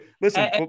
listen